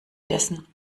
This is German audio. dessen